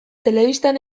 telebistan